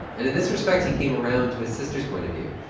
and in this respect, he came around to his sister's point of view.